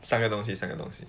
三个东西三个东西